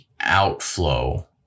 outflow